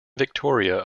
victoria